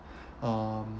um